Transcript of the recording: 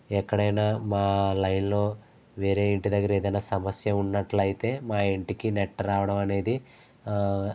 ఎక్కడైనా మా లైన్లో వేరే ఇంటి దగ్గర ఏదైనా సమస్య ఉన్నట్లయితే మా ఇంటికి నెట్ రావడం అనేది